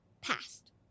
Past